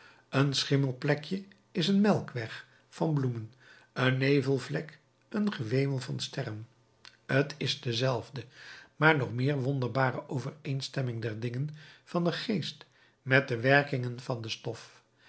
een schimmelplekje is een melkweg van bloemen een nevelvlek een gewemel van sterren t is dezelfde maar nog meer wonderbare overeenstemming der dingen van den geest met de werkingen van de stof